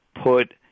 put